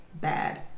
bad